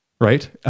right